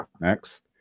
next